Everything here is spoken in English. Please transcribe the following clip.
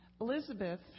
Elizabeth